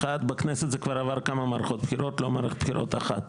אחד בכנסת זה כבר עבר כמה מערכות בחירות לא מערכת בחירות אחת,